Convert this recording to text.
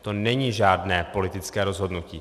To není žádné politické rozhodnutí.